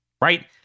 Right